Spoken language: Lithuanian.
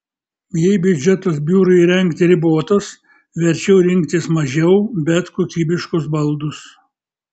jei biudžetas biurui įrengti ribotas verčiau rinktis mažiau bet kokybiškus baldus